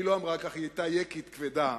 היא לא אמרה כך, היא היתה יקית כבדה,